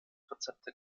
rezepte